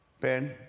Ben